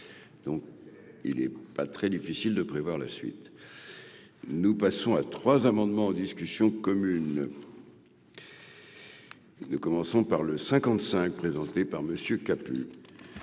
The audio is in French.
donc il est pas très difficile de prévoir la suite nous passons à 3 amendements en discussion commune. Nous commençons par le, 55 présenté par monsieur